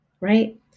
right